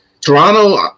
Toronto